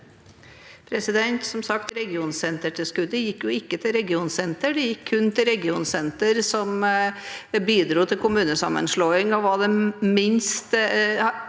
regionsenter- tilskuddet gikk jo ikke til regionsenter. Det gikk kun til regionsenter som bidro til kommunesammenslåing,